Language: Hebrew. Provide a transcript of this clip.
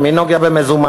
מי נוגע במזומן?